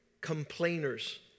complainers